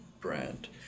Brand